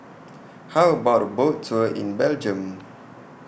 How about A Boat Tour in Belgium